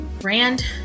brand